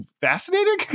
fascinating